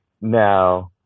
now